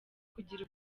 kugira